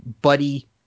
buddy